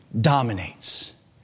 dominates